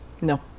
No